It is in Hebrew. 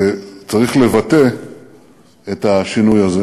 וצריך לבטא את השינוי הזה